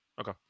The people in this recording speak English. Okay